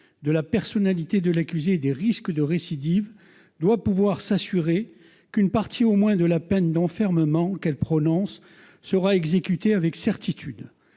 de la personnalité de l'accusé et des risques de récidive, doit pouvoir s'assurer qu'une partie au moins de la peine d'enfermement qu'elle prononce sera exécutée avec certitude,